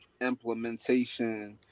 implementation